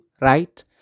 right